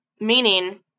Meaning